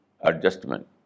adjustment